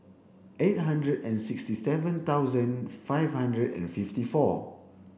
eight hundred and sixty seven thousand five hundred and fifty four